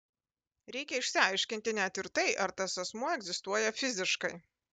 reikia išsiaiškinti net ir tai ar tas asmuo egzistuoja fiziškai